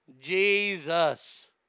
Jesus